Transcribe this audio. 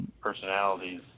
personalities